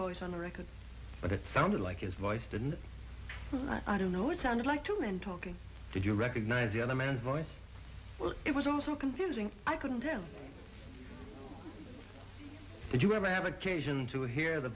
voice on the record but it sounded like his voice didn't i don't know it sounded like two men talking did you recognize the other man voice it was also confusing i couldn't tell did you ever have occasion to hear the